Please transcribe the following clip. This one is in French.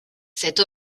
cette